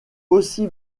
aussi